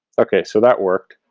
okay, so that worked